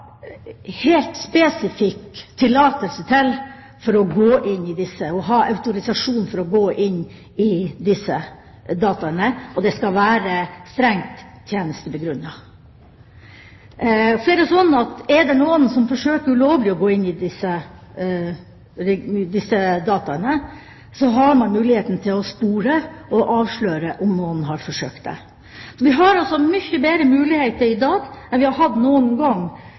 helt spesifikk tillatelse, autorisasjon, til for å gå inn i disse dataene. Og det skal være strengt tjenestebegrunnet. Er det noen som ulovlig forsøker å gå inn i disse dataene, har man muligheten til å spore og avsløre om noen har forsøkt det. Vi har altså mye bedre muligheter i dag enn vi har hatt noen gang